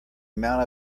amount